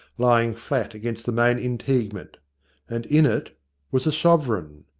lying flat against the main integument and in it was a sovereign!